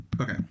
Okay